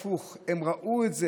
אלא הפוך, הם ראו את זה